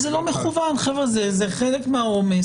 זה לא מכוון, חבר'ה, זה חלק מהעומס.